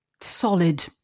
solid